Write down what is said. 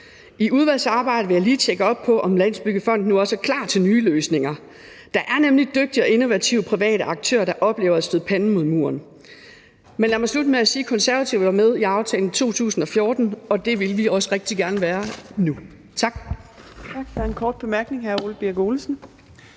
I udvalgsarbejdet vil jeg lige tjekke op på, om Landsbyggefonden nu også er klar til nye løsninger, for der er nemlig dygtige og innovative private aktører, der oplever at støde panden mod muren. Men lad mig slutte med at sige, at Konservative var med i aftalen fra 2014, og det vil vi også rigtig gerne være nu. Tak.